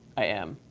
i am.